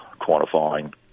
quantifying